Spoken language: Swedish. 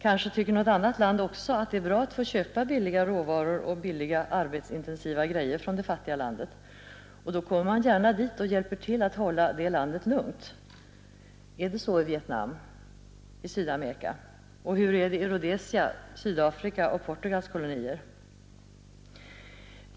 Kanske tycker något annat land också att det är bra att få köpa billiga råvaror och billiga ”arbetsintensiva” grejor från det fattiga landet. Och då kommer man gärna dit och hjälper till att hålla landet lugnt. Är det så i Vietnam? I Sydamerika? Och hur är det i Rhodesia, Sydafrika och Portugals kolonier?